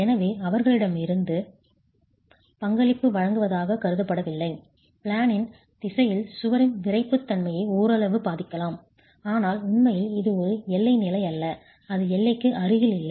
எனவே அவர்களிடமிருந்து பங்களிப்பு வழங்குவதாகக் கருதப்படவில்லை பிளேனின் திசையில் சுவரின் விறைப்புத்தன்மையை ஓரளவு பாதிக்கலாம் ஆனால் உண்மையில் இது ஒரு எல்லை நிலை அல்ல அது எல்லைக்கு அருகில் இல்லை